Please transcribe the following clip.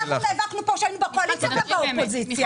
אנחנו נאבקנו כאן כשהיינו בקואליציה ואתם הייתם באופוזיציה.